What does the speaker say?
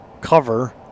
cover